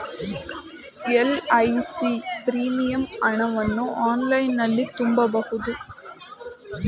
LIC premium ಹಣವನ್ನು ಆನ್ಲೈನಲ್ಲಿ ತುಂಬಬಹುದು